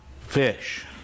fish